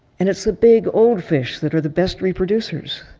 and it's the big old fish that are the best reproducers.